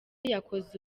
yakoze